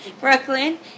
Brooklyn